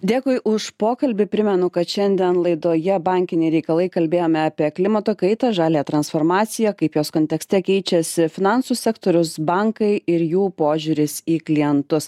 dėkui už pokalbį primenu kad šiandien laidoje bankiniai reikalai kalbėjome apie klimato kaitą žaliąją transformaciją kaip jos kontekste keičiasi finansų sektorius bankai ir jų požiūris į klientus